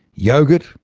yoghurt,